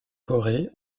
corée